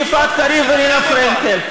יפעת קריב ורינה פרנקל,